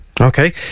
Okay